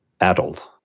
adult